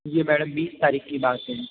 जी madam बीस तारीख की बात है ये